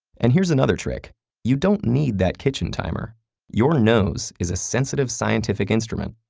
and here's another trick you don't need that kitchen timer your nose is a sensitive scientific instrument.